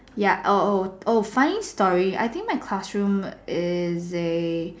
ya oh oh oh funny story I think my classroom is it